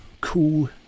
cool